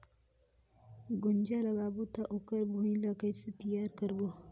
गुनजा लगाबो ता ओकर भुईं ला कइसे तियार करबो?